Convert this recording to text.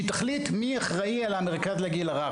שהרשות תחליט מי אחראי על המרכז לגיל הרך.